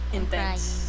Intense